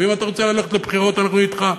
ואם אתה רוצה ללכת לבחירות אנחנו אתך,